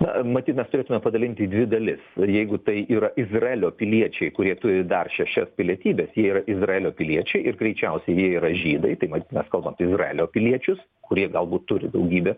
na matyt mes turėtume padalinti į dvi dalis jeigu tai yra izraelio piliečiai kurie turi dar šešias pilietybes jie yra izraelio piliečiai ir greičiausiai jie yra žydai tai matyt mes kalbam izraelio piliečius kurie galbūt turi daugybę